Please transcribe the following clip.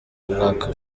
umwaka